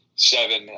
seven